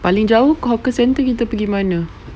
paling jauh hawker centre kita pergi mana